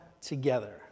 together